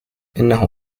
انه